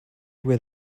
were